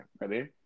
ready